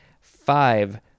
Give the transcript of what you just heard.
Five